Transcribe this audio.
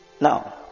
Now